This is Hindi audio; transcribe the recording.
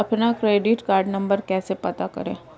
अपना क्रेडिट कार्ड नंबर कैसे पता करें?